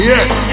Yes